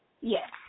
Yes